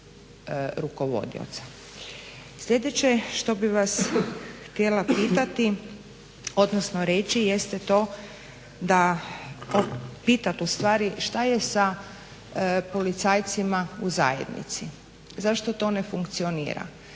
Sljedeće što bih vas htjela pitati odnosno reći jeste to da, pitat ustvari šta je sa policajcima u zajednici. Zašto to ne funkcionira.